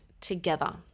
together